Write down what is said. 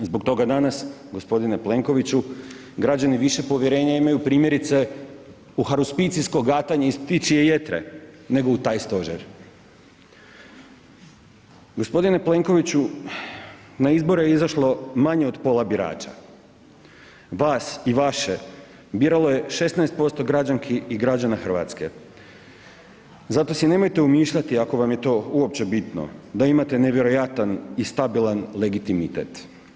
Zbog toga danas g. Plenkoviću građani više povjerenja imaju primjerice u harospicijsko gatanje iz ptičje jetre nego u taj stožer. g. Plenkoviću, na izbore je izašlo manje od pola birača, vas i vaše biralo je 16% građanki i građana RH, zato si nemojte umišljati ako vam je to uopće bitno da imate nevjerojatan i stabilan legitimitet.